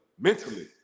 mentally